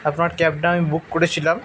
আপনার ক্যাবটা আমি বুক করেছিলাম